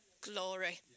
glory